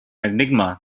enigma